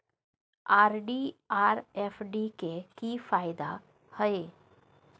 RD आर FD के की फायदा हय?